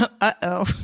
uh-oh